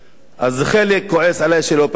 אז חלק כועס עלי שלא פניתי אליהם,